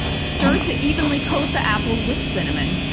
stir to evenly coat the apples with cinnamon.